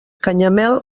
canyamel